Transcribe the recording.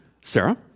Sarah